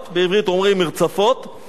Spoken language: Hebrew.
בעברית אומרים: מרצפות,